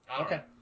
Okay